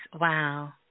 Wow